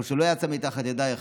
או שלא יצא מתחת ידייך,